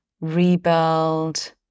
rebuild